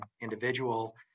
individual